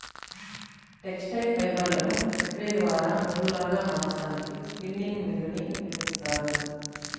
textile ఫైబర్లను ప్రక్రియ ద్వారా నూలులాగా మార్చడానికి స్పిన్నింగ్ మ్యూల్ ని ఉపయోగిస్తారు